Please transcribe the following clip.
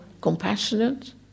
compassionate